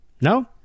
No